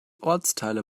ortsteile